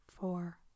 four